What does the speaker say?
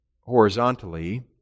horizontally